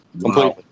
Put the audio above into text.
completely